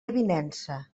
avinença